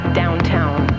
downtown